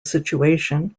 situation